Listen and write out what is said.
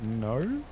No